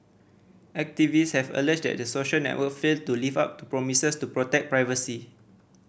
activists have alleged that the social network failed to live up to promises to protect privacy